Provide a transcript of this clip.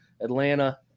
Atlanta